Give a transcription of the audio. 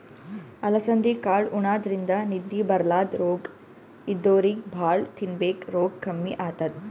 ಅಲಸಂದಿ ಕಾಳ್ ಉಣಾದ್ರಿನ್ದ ನಿದ್ದಿ ಬರ್ಲಾದ್ ರೋಗ್ ಇದ್ದೋರಿಗ್ ಭಾಳ್ ತಿನ್ಬೇಕ್ ರೋಗ್ ಕಮ್ಮಿ ಆತದ್